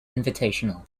invitational